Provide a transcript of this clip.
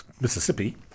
Mississippi